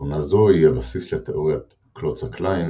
תכונה זו היא הבסיס לתאוריית קלוצה-קליין,